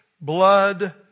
blood